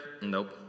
nope